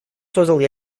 создал